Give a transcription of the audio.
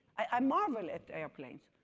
i marvel at airplanes.